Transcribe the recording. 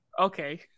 okay